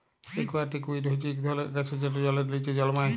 aquatic weed হচ্যে ইক ধরলের আগাছা যেট জলের লিচে জলমাই